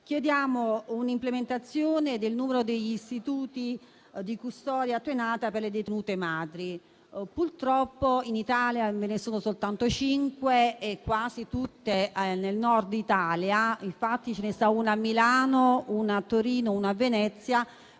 chiediamo un'implementazione del numero degli istituti di custodia attenuata per le detenute madri. Purtroppo in Italia ve ne sono soltanto cinque e quasi tutti nel Nord Italia. Infatti ce n'è uno a Milano, uno a Torino e uno a Venezia;